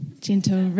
gentle